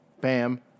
Bam